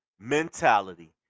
mentality